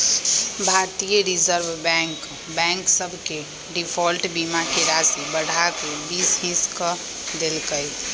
भारतीय Reserve Bank bank सभ के डिफॉल्ट बीमा के राशि बढ़ा कऽ बीस हिस क देल्कै